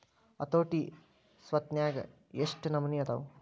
ಹತೋಟಿ ಸ್ವತ್ನ್ಯಾಗ ಯೆಷ್ಟ್ ನಮನಿ ಅದಾವು?